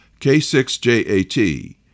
K6JAT